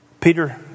Peter